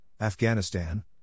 Afghanistan